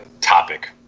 topic